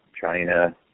China